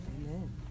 amen